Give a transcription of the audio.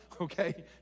okay